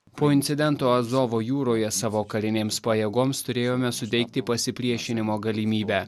po incidento azovo jūroje savo karinėms pajėgoms turėjome suteikti pasipriešinimo galimybę